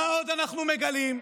מה עוד אנחנו מגלים?